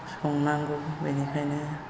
संनांगौ बेनिखायनो